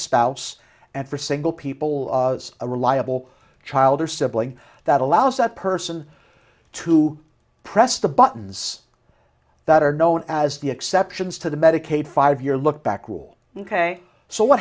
spouse and for single people a reliable child or sibling that allows that person to press the buttons that are known as the exceptions to the medicaid five year lookback rule ok so what